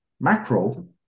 macro